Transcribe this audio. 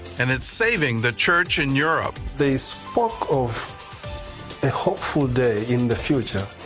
and it's saving the church in europe. they spoke of a hopeful day in the future.